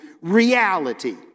reality